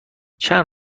چند